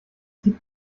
gibt